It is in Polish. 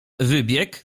wybieg